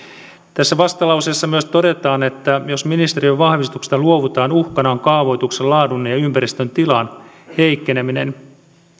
tässä vastalauseessa myös todetaan että jos ministeriön vahvistuksesta luovutaan uhkana on kaavoituksen laadun ja ympäristön tilan heikkeneminen